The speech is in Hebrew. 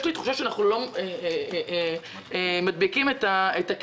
יש לי תחושה שאנחנו לא מדביקים את הקדמה.